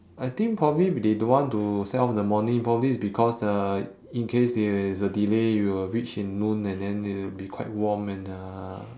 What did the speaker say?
I think probably they don't want to set off in the morning probably it's because like in case there is a delay you will reach in noon and then it will be quite warm and uh